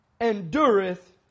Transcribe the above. endureth